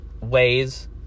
ways